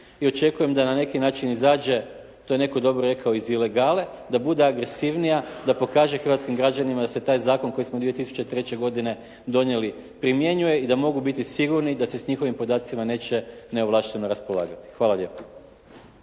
i očekujem da na neki način izađe, to je netko dobro rekao iz ilegale, da bude agresivnija, da pokaže hrvatskim građanima da se taj zakon koji smo 2003. godine donijeli primjenjuje i da mogu biti sigurni da se s njihovim podacima neće neovlašteno raspolagati. Hvala lijepo.